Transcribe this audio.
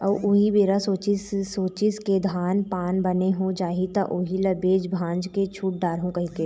अब उही बेरा सोचिस के धान पान बने हो जाही त उही ल बेच भांज के छुट डारहूँ कहिके